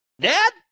dad